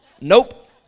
Nope